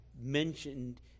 mentioned